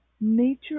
nature